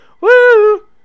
Woo